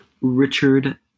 Richard